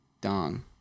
dong